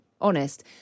honest